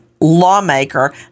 lawmaker